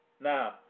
Now